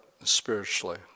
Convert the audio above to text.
spiritually